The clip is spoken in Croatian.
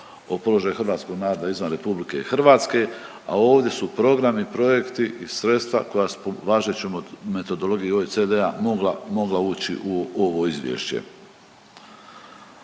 o položaju hrvatskog naroda izvan RH, a ovdje su programi, projekti i sredstva koja su po važećoj metodologiji OECD-a mogla, mogla ući u ovo izvješće.